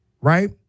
right